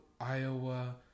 Iowa